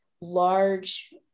large